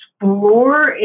explore